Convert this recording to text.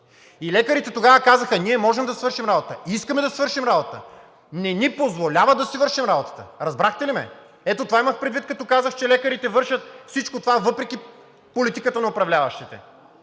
Лекарите тогава казаха: ние можем да свършим работа, искаме да свършим работа – не ни позволяват да си вършим работата! Разбрахте ли ме? Ето това имах предвид, като казах, че лекарите вършат всичко това въпреки политиката на управляващите.